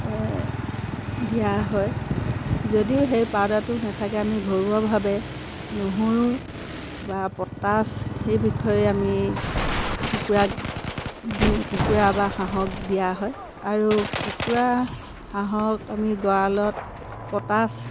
দিয়া হয় যদিও সেই পাউদাৰটো নাথাকে আমি ঘৰুৱাভাৱে নহৰু বা পটাছ সেই বিষয়ে আমি কুকুৰাক দিওঁ কুকুৰা বা হাঁহক দিয়া হয় আৰু কুকুৰা হাঁহক আমি গঁৰালত পটাছ